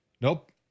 Nope